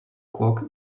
clock